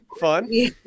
fun